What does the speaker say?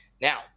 Now